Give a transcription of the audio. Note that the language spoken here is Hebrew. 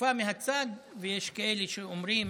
צופה מהצד, ויש כאלה שאומרים